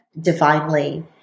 divinely